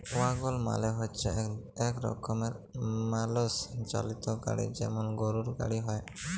ওয়াগল মালে হচ্যে এক রকমের মালষ চালিত গাড়ি যেমল গরুর গাড়ি হ্যয়